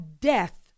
death